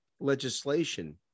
legislation